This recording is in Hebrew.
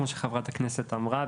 כפי שחברת הכנסת אמרה,